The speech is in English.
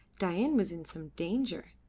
dain was in some danger.